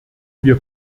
wir